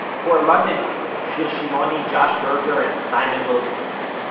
to our london crew, shir shimoni, josh berger and simon wilkinson.